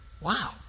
wow